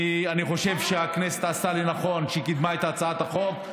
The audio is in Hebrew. ואני חושב שהכנסת עשתה נכון שהיא קידמה את הצעת החוק.